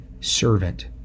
servant